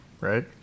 right